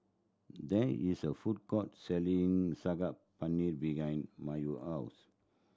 there is a food court selling Saag Paneer behind Mayo house